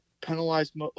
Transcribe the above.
penalized